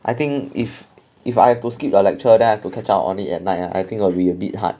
I think if if I have to skip the lecture then I have to catch up only at night lah I think will be a bit hard